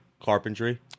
carpentry